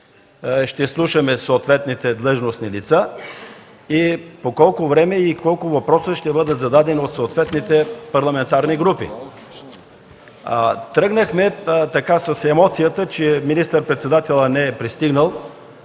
ще изслушваме съответните длъжностни лица и по колко време и по колко въпроса ще им бъдат зададени от съответните парламентарни групи. (Шум от ГЕРБ.) Тръгнахме с емоцията, че министър-председателят не е пристигнал,